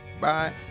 bye